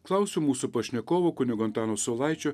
klausiu mūsų pašnekovo kunigo antano saulaičio